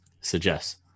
suggests